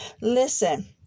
Listen